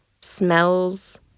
smells